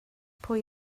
pwy